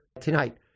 tonight